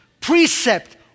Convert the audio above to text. precept